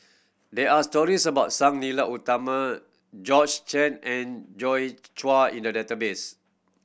there are stories about Sang Nila Utama George Chen and Joi Chua in the database